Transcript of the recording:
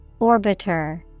Orbiter